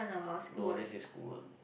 no this is school one